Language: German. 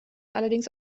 allerdings